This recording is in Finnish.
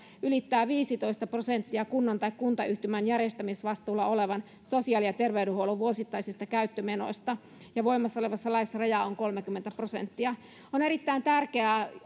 ylittää viisitoista prosenttia kunnan tai kuntayhtymän järjestämisvastuulla olevan sosiaali ja terveydenhuollon vuosittaisista käyttömenoista voimassa olevassa laissa raja on kolmekymmentä prosenttia on erittäin tärkeää